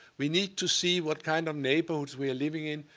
we need to see what kind of neighborhoods we are living in,